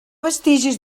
vestigis